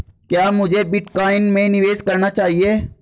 क्या मुझे बिटकॉइन में निवेश करना चाहिए?